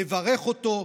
לברך אותו,